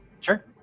Sure